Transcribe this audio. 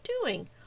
doing